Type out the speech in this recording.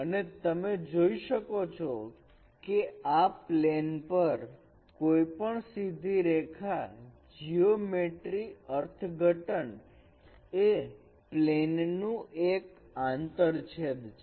અને તમે જોઈ શકો છો કે આ પ્લેન પર કોઈ પણ સીધી રેખા જીયોમેટ્રિ અર્થઘટન એ પ્લેન નું એક આંતરછેદ છે